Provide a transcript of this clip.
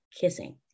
kissing